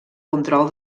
control